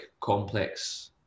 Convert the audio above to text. complex